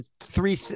three